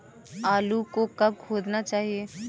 आलू को कब खोदना चाहिए?